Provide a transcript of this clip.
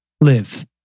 live